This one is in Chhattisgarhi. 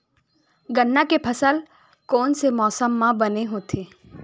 गन्ना के फसल कोन से मौसम म बने होथे?